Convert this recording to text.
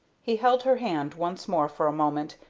he held her hand once more for a moment,